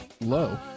low